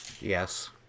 Yes